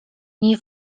nie